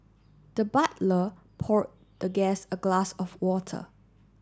the butler poured the guest a glass of water